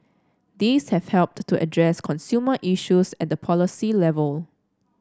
these have helped to address consumer issues at the policy level